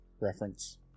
reference